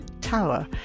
tower